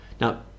Now